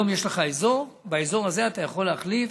היום יש לך אזור, באזור הזה אתה יכול להחליף